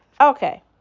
Okay